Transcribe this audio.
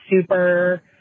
super